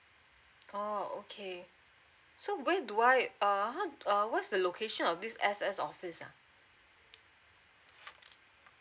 oh okay so where do I uh uh what's the location of this S_S office ha